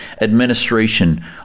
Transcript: administration